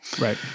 Right